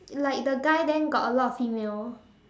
like the guy then got a lot of female